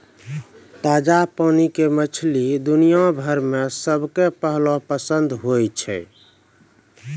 ताजा पानी के मछली दुनिया भर मॅ सबके पहलो पसंद होय छै